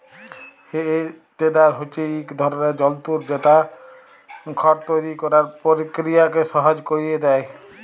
হে টেডার হছে ইক ধরলের যল্তর যেট খড় তৈরি ক্যরার পকিরিয়াকে সহজ ক্যইরে দেঁই